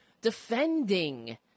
defending